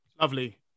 Lovely